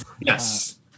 Yes